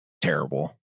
terrible